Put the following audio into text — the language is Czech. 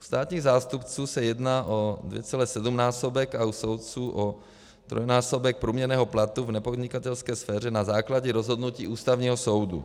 U státních zástupců se jedná o 2,7násobek a u soudců o trojnásobek průměrného platu v nepodnikatelské sféře na základě rozhodnutí Ústavního soudu.